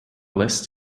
list